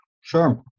Sure